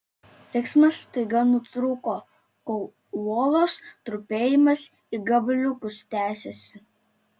riksmas staiga nutrūko kol uolos trupėjimas į gabaliukus tęsėsi